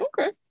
Okay